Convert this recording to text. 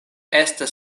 estas